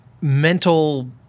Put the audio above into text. Mental